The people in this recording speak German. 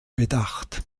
bedacht